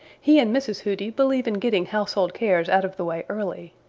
he and mrs. hooty believe in getting household cares out of the way early.